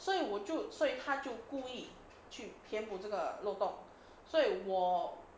所以我就所以他就故意去填补这个漏洞所以我